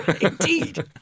Indeed